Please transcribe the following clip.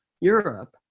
Europe